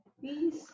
Please